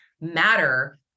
matter